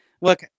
Look